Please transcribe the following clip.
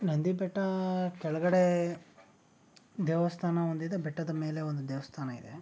ನಂದಿ ಬೆಟ್ಟ ಕೆಳಗಡೆ ದೇವಸ್ಥಾನ ಒಂದಿದೆ ಬೆಟ್ಟದ ಮೇಲೆ ಒಂದು ದೇವಸ್ಥಾನ ಇದೆ